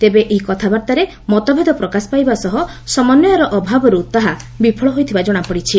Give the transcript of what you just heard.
ତେବେ ଏହି କଥାବାର୍ଭାରେ ମତଭେଦ ପ୍ରକାଶ ପାଇବା ସହ ସମନ୍ୱୟର ଅଭାବରୁ ତାହା ବିଫଳ ହୋଇଥିବା ଜଣାପଡ଼ିଛି